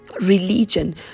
religion